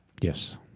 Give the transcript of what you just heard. Yes